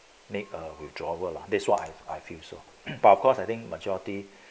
make a withdrawal lah that's why I feel so but of course I think majority